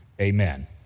Amen